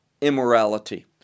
immorality